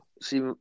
see